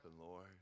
Lord